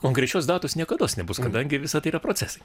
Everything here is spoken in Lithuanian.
konkrečios datos niekados nebus kadangi visa tai yra procesai